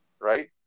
right